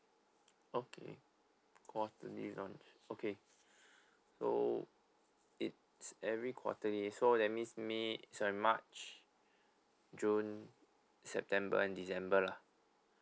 okay quarterly launch okay so t's every quarterly so that means may sorry march june september and december lah